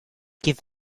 give